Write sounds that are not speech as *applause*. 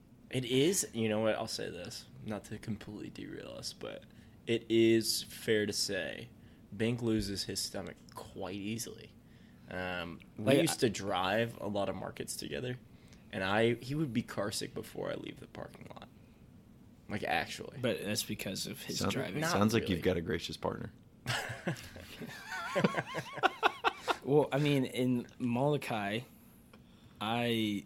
It is- you know what, I'll say this, not to completely derail us, but it is fair to say Bank loses his stomach quite easily. Um, we Like, used to I- drive a lot of markets together, and I- he would be carsick before I leave the parking lot. Like, actually. But that's because of his Sounds- driving. sounds Not like really. you've got a gracious partner. *laughs* *laughs* Well, I mean, in Molokai, I-